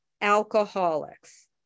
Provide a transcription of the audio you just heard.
alcoholics